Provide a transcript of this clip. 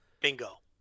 Bingo